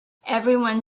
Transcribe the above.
everyone